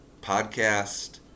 podcast